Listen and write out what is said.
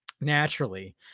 naturally